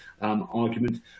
argument